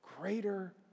greater